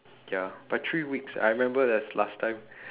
ya but three weeks I remember there's last time